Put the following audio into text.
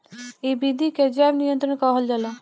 इ विधि के जैव नियंत्रण कहल जाला